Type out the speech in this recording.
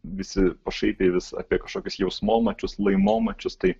visi pašaipiai vis apie kažkokius jausmomačius laimomačius tai